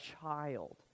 child